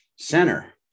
center